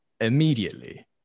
immediately